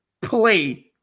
play